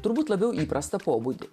turbūt labiau įprastą pobūdį